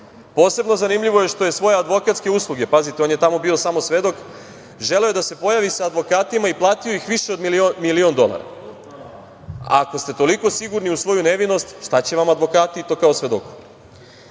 Posebno je zanimljivo što je svoje advokatske usluge, pazite, on je tamo bio samo svedok, želeo je da se pojavi sa advokatima i platio ih više od milion dolara. Ako ste toliko sigurni u svoju nevinost, šta će vam advokati i to kao svedoku? Drugi